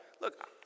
look